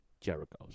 Jericho